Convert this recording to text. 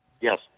Yes